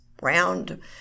round